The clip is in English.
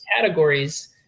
categories